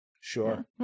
Sure